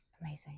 Amazing